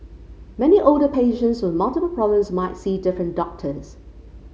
many older patients with multiple problems might see different doctors